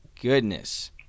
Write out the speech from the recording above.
goodness